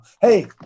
Hey